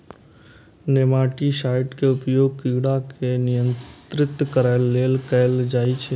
nematicides के उपयोग कीड़ा के नियंत्रित करै लेल कैल जाइ छै